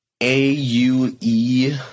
A-U-E